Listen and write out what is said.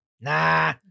Nah